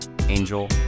angel